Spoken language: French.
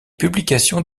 publications